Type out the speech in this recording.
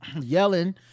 yelling